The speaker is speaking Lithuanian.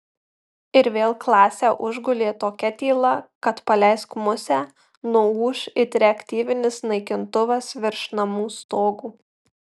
ir vėl klasę užgulė tokia tyla kad paleisk musę nuūš it reaktyvinis naikintuvas virš namų stogų